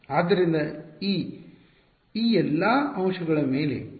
ಆದ್ದರಿಂದ ಈ e ಎಲ್ಲಾ ಅಂಶಗಳ ಮೇಲೆ ಒಟ್ಟುಗೂಡಿಸುತ್ತದೆ